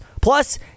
plus